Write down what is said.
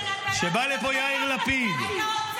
שבא לפה יאיר לפיד -- אתה לא תדבר,